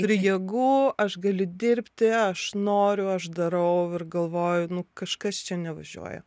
turi jėgų aš galiu dirbti aš noriu aš darau ir galvoju nu kažkas čia nevažiuoja